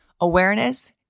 Awareness